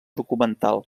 documental